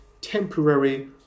temporary